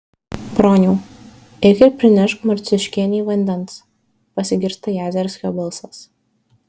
broniau eik ir prinešk marciuškienei vandens pasigirsta jazerskio balsas